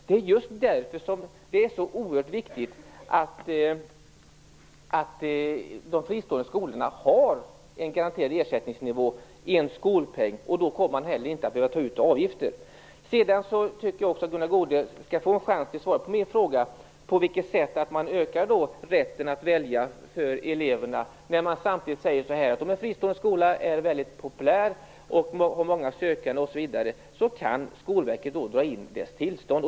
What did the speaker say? Det är därför som det är så oerhört viktigt att de fristående skolorna har en garanterad ersättningsnivå, en skolpeng. Då kommer man heller inte att behöva ta ut avgifter. Jag tycker också att Gunnar Goude skall få en chans att svara på min fråga om på vilket sätt man ökar elevernas rätt att välja när man samtidigt säger att om en fristående skola är mycket populär, har många sökande, m.m., kan Skolverket dra in dess tillstånd.